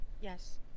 Yes